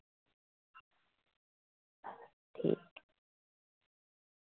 ठीक